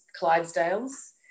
Clydesdales